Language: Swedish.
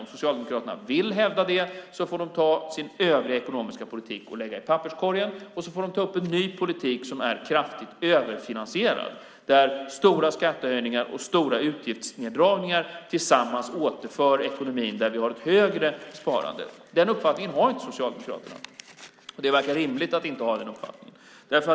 Om Socialdemokraterna vill hävda det får de ta sin övriga ekonomiska politik och lägga i papperskorgen och ta upp en ny politik som är kraftigt överfinansierad, där stora skattehöjningar och stora utgiftsneddragningar tillsammans återför ekonomin och där vi har ett högre sparande. Den uppfattningen har inte Socialdemokraterna, och det verkar rimligt att inte ha den uppfattningen.